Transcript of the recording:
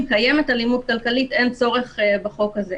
קיימת אלימות כלכלית אין צורך בחוק הזה,